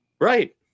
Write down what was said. right